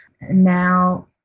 now